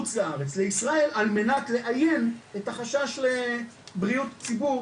לישראל על מנת לאיין את החשש לבריאות הציבור,